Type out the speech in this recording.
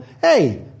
hey